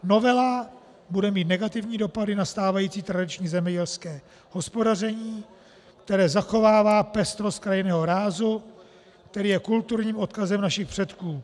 Novela bude mít negativní dopady na stávající tradiční zemědělské hospodaření, které zachovává pestrost krajinného rázu, který je kulturním odkazem našich předků.